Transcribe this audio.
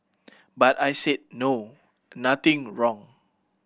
but I said no nothing wrong